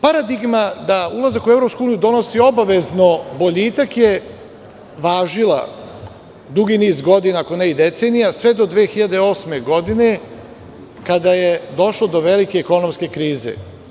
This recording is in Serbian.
Paradigma da ulazak u EU donosi obavezno boljitak je važila dugi niz godina, ako ne i decenija sve do 2008. godine kada je došlo do velike ekonomske krize.